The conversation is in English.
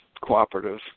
cooperative